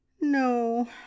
No